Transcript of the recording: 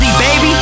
baby